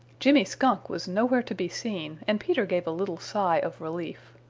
jimmy skunk was nowhere to be seen and peter gave a little sigh of relief.